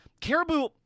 Caribou